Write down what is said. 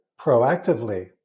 proactively